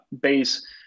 base